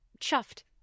chuffed